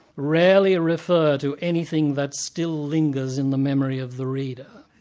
rarely refer to anything that still lingers in the memory of the reader,